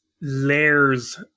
layers